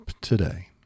today